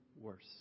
worse